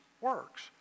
works